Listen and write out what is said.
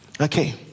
Okay